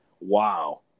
Wow